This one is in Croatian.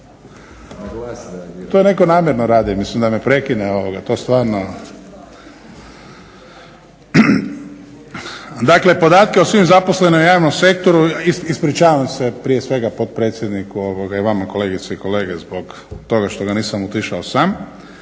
To netko namjerno radi da me prekine. To stvarno. Dakle, podatke o svim zaposlenima u javnom sektoru, ispričavam se prije svega potpredsjedniku i vama kolegice i kolege zbog toga što ga nisam utišao sam,